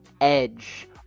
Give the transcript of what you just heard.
edge